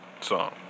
song